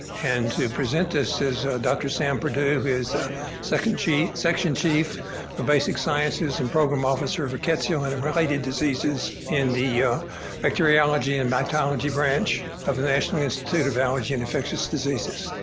and to present this is dr. sam perdue who is a section chief section chief of basic sciences and program officer of rickettsial and and related diseases in yeah bacteriology and mycology branch of the national institute of allergy and infectious diseases.